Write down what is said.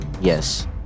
Yes